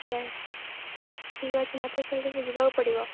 ଆଜ୍ଞା ଠିକ୍ ଅଛି ମୋତେ ଯିବାକୁ ପଡ଼ିବ